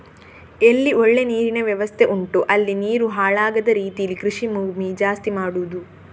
ಎಲ್ಲಿ ಒಳ್ಳೆ ನೀರಿನ ವ್ಯವಸ್ಥೆ ಉಂಟೋ ಅಲ್ಲಿ ನೀರು ಹಾಳಾಗದ ರೀತೀಲಿ ಕೃಷಿ ಭೂಮಿ ಜಾಸ್ತಿ ಮಾಡುದು